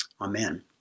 Amen